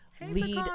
lead